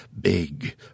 big